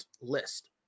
list